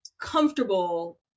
Comfortable